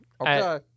Okay